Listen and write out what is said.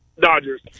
Dodgers